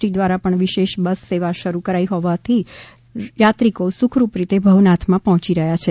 T દ્વારા પણ વિશેષ બસ સેવા શરૃ કરાઈ હોવાને કારણે થાત્રિકો સુખરૂપ રીતે ભવનાથમાં પહોંચી રહ્યા છે